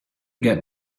get